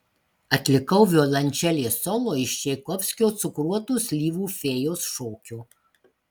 atlikau violončelės solo iš čaikovskio cukruotų slyvų fėjos šokio